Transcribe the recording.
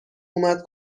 اومد